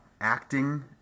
acting